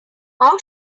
how